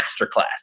masterclass